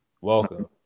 welcome